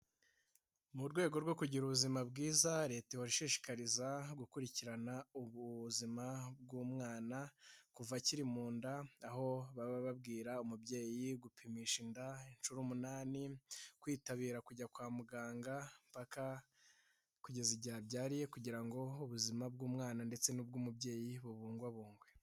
Mu urwego rwo kugira ubuzima bwiza leta ihora ishishikariza gukurikirana ubuzima bw'umwana kuva akiri mu nda aho baba babwira umubyeyi gupimisha inda inshuro umunani, kwitabira kujya kwa muganga mpaka kugeza igihe abyariye kugira ngo ubuzima bw'umwana ndetse n'ubw'umubyeyi bubungwabungwe